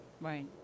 Right